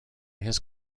his